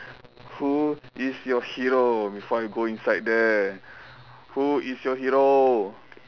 who is your hero before I go inside there who is your hero